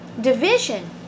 division